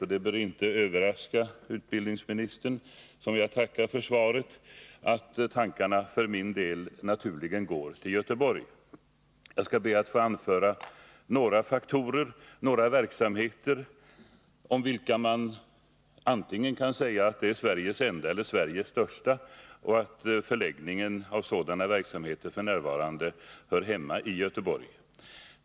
Och det bör inte överraska utbildningsministern, som jag tackar för svaret, att tankarna för min del naturligen går till Göteborg. 65 Jag skall be att få peka på några verksamheter om vilka man kan säga antingen att verksamheten är den enda i Sverige eller att den är Sveriges största. Dessa verksamheter hör f. n. hemma i Göteborg.